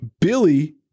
Billy